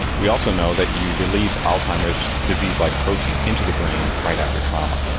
we also know that you release alzheimer's disease like proteins into the brain right after trauma.